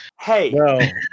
hey